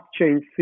blockchain